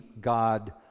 God